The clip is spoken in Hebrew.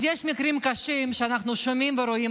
אז יש מקרים קשים שאנחנו שומעים ורואים,